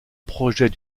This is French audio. projet